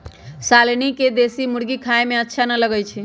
शालनी के देशी मुर्गी खाए में अच्छा न लगई छई